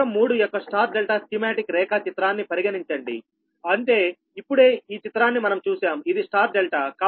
చిత్రం 3 యొక్క star delta schematic రేఖాచిత్రాన్ని పరిగణించండిఅంటే ఇప్పుడే ఈ చిత్రాన్ని మనం చూశాము ఇది స్టార్ డెల్టా